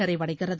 நிறைவடைகிறது